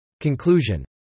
Conclusion